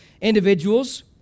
individuals